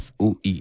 SOE